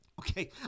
Okay